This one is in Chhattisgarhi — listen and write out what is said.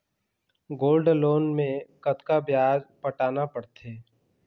गोल्ड लोन मे कतका ब्याज पटाना पड़थे?